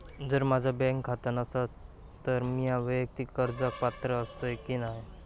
जर माझा बँक खाता नसात तर मीया वैयक्तिक कर्जाक पात्र आसय की नाय?